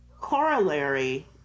corollary